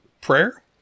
prayer